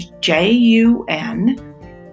J-U-N